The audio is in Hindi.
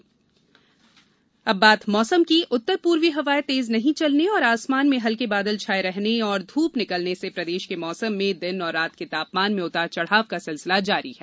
मौसम उत्तर पूर्वी हवाए तेज नहीं चलने और आसमान में हल्के बादल छाये रहने और धूप निकलने से प्रदेश के मौसम में दिन और रात के तापमान में उतार चढ़ाव का सिलसिला जारी है